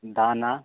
दाना